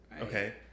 Okay